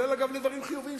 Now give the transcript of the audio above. גם לדברים חיוביים,